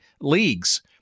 leagues